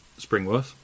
Springworth